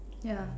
yeah